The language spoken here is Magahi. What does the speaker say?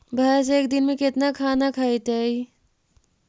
भैंस एक दिन में केतना खाना खैतई?